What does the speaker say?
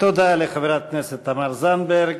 תודה לחברת הכנסת תמר זנדברג.